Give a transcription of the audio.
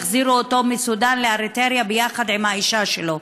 והחזירו אותו מסודאן לאריתריאה ביחד עם האישה שלו.